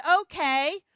okay